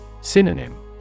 Synonym